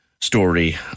story